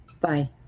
Bye